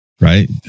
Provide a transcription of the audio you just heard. right